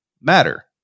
matter